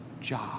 job